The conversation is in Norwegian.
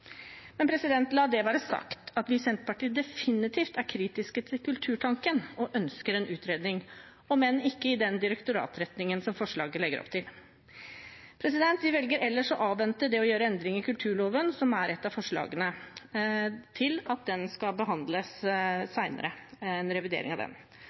Men la det være sagt: Vi i Senterpartiet er definitivt kritiske til Kulturtanken og ønsker en utredning, om enn ikke i den direktorat-retningen som forslaget legger opp til. Vi velger ellers å avvente det å gjøre endringer i kulturloven, som er et av forslagene, til den skal behandles senere, i en revidering av den.